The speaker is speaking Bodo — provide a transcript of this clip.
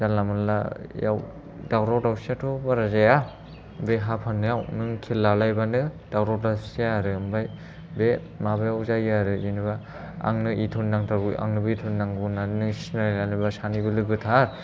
जानला मोनलायाव दावराव दावसिआथ' बारा जाया बे हा फाननायाव नों खेल लालायबानो दावराव दावसि जाया आरो ओमफ्राय बे माबायाव जायो आरो जेनेबा आंनो एथ'नि नांथारगौ आंनोबो एथ'नि नांगौ होननानैनो एसे सिनायलायनायबा सानैबो लोगोथार